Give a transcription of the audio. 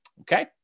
Okay